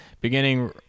beginning